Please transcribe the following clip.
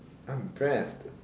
I'm impressed